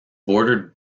bordered